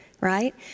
right